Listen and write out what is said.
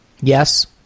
Yes